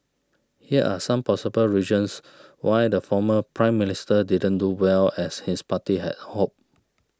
here are some possible reasons why the former Prime Minister didn't do well as his party had hoped